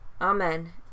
Amen